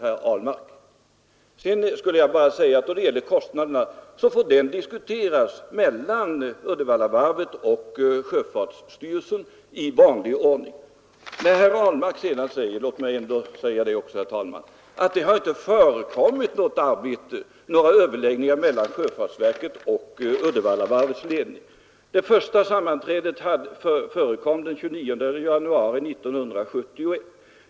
Jag vill nämna att kostnaderna får diskuteras mellan Uddevallavarvet och sjöfartsstyrelsen i vanlig ordning. Herr Ahlmark säger vidare att det inte förekommit några överläggningar mellan sjöfartsverket och Uddevallavarvets ledning. Det första sammanträdet ägde rum den 29 januari 1971.